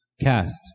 cast